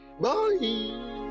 Bye